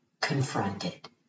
Confronted